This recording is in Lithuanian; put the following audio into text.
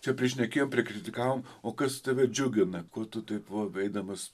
čia prišnekėjau prikritikavom o kas tave džiugina kur tu taip va eidamas